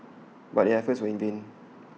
but their efforts were in vain